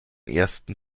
ersten